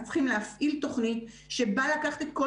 אז צריכים להפעיל תכנית שבה לקחת את כל